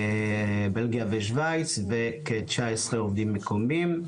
בלגיה ושוויץ וכ-19 עובדים מקומיים,